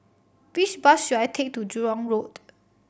which bus should I take to Jurong Road